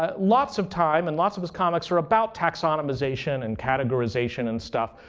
ah lots of time and lots of his comics are about taxonimization and categorization and stuff.